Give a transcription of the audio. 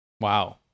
Wow